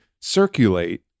circulate